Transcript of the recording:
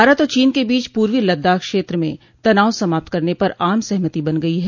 भारत और चीन के बीच पूर्वी लद्दाख क्षेत्र में तनाव समाप्त करने पर आम सहमति बन गई है